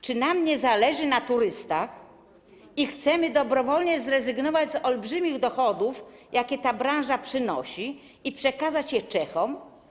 Czy nam nie zależy na turystach i chcemy dobrowolnie zrezygnować z olbrzymich dochodów, jakie ta branża przynosi, i przekazać je Czechom?